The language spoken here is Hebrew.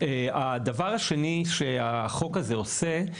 הדבר השני שבעצם החוק הזה עושה,